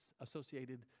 associated